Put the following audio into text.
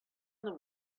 other